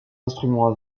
instruments